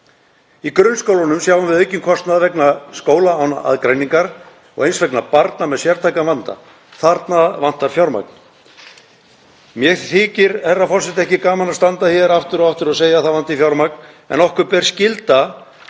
Í grunnskólunum sjáum við aukinn kostnað vegna skóla án aðgreiningar og eins vegna barna með sértækan vanda. Þarna vantar fjármagn. Mér þykir, herra forseti, ekki gaman að standa hér aftur og segja að það vanti fjármagn, en okkur ber skylda